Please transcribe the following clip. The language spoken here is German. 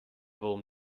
wurm